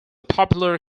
popular